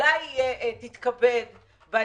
אולי תתכבד ותגיד: